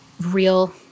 real